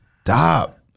stop